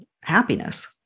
happiness